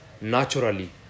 naturally